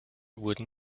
wurden